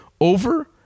over